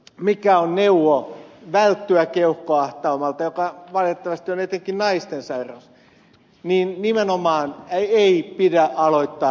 sanotaan että neuvo välttyä keuhkoahtaumalta joka valitettavasti on etenkin naisten sairaus on nimenomaan se että ei pidä aloittaa tupakointia